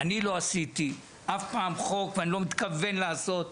אני לא עשיתי אף פעם חוק ואני לא מתכוון לעשות,